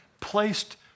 placed